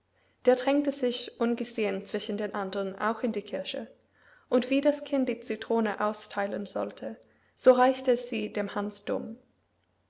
der drängte sich ungesehen zwischen den andern auch in die kirche und wie das kind die citrone austheilen sollte so reichte es sie dem hans dumm